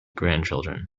grandchildren